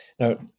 Now